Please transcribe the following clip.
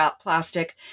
plastic